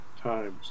times